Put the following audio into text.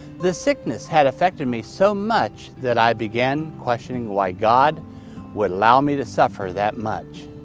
the sickness had affected me so much that i began questioning why god would allow me to suffer that much.